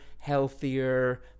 healthier